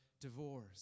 divorce